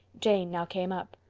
jane now came up.